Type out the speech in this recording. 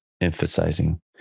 emphasizing